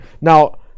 Now